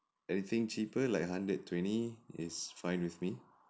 anything cheaper like hundred twenty is fine with me